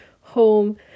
home